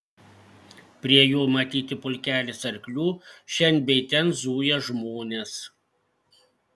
prie jo matyti pulkelis arklių šen bei ten zuja žmonės